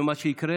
מה שיקרה